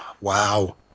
wow